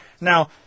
Now